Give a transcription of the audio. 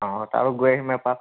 অঁ তালৈও গৈ আহিম এপাক